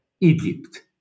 Egypt